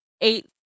eight